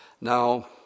Now